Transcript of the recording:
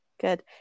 good